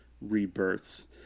rebirths